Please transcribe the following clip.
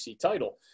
title